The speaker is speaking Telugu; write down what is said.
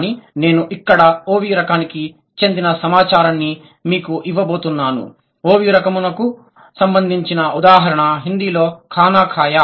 కాబట్టి నేను ఇక్కడ OV రకానికి చెందిన సమాచారాన్ని మీకు ఇవ్వబోతున్నాను OV రకముకు సంబందించిన ఉదాహరణ హిందీలో ఖానా ఖయా